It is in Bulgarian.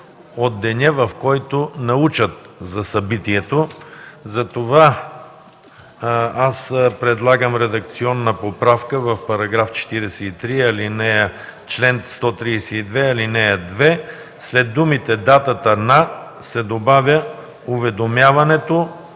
от деня, в който научат за събитието. Затова аз предлагам редакционна поправка в § 43, чл. 132, ал. 2 – след думите „датата на” се добавя „уведомяването